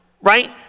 Right